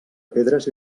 pedres